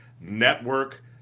network